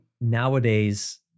nowadays-